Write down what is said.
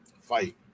fight